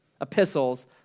epistles